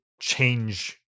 change